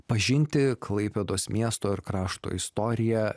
pažinti klaipėdos miesto ir krašto istoriją